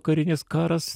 karinis karas